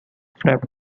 framed